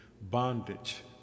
Bondage